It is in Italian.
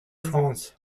france